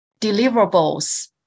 deliverables